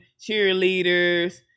cheerleaders